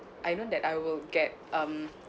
I know that I will get um